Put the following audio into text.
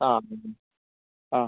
ആ ആ